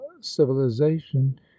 civilization